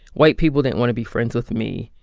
white people didn't want to be friends with me.